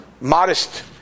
modest